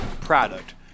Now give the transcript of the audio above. product